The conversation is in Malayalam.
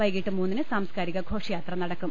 വൈകിട്ട് മൂന്നിന് സാംസ്കാരിക ഘോഷയാത്ര നടക്കും